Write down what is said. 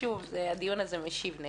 שוב, הדיון הזה משיב נפש.